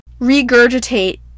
regurgitate